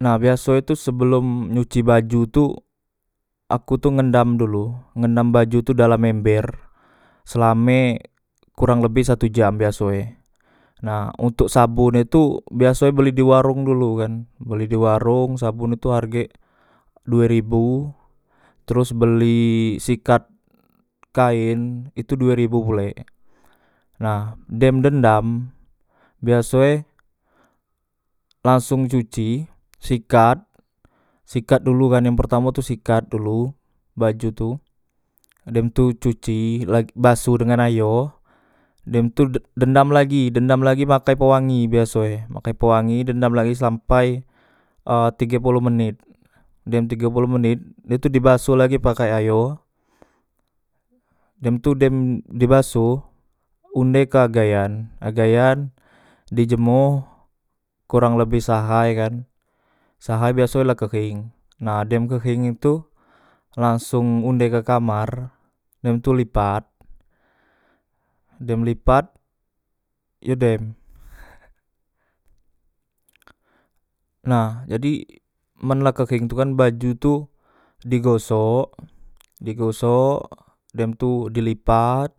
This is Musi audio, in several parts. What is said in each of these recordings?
Nah biasoe tu sebelom nyuci baju tu aku tu ngendam dulu ngendam baju tu dalam ember selame kurang lebe satu jam biasoe nah ontok sabun e tu biasoe beli di warong dulu kan beli di warong sabon tu hargek due ribu teros beli sikat kaen itu due ribu pulek nah dem ngendam biasoe langsong cuci sikat sikat dulu kan yang pertamo tu sikat dulu baju tu dem tu cuci lag baso dengan ayo dem tu dendam lagi dendam lagi make pewangi biaso e make pewangi dendam lagi sampai e tige polo menit dem tige polo menit dem tu dibaso lagi pake ayo dem tu dem dibaso unde ke agayan ke agayan dijemo kurang lebe se ahaykan seahay biaso la keheng nah dem keheng itu langsong unde ke kamar dem tu lipat dem lipat yo dem nah jadi men la keheng tu kan baju tu digosok digosok dem tu dilipat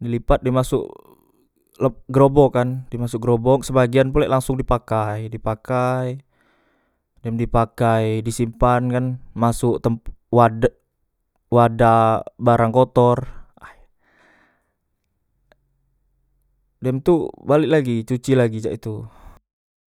dilipat dimasok leb gerobok kan dimasok gerobok sebagian pulek langsong dipakai dipakai dem dipakai disimpan kan masok tem wada wadah barang kotor way dem tu balek lagi cuci lagi cak tu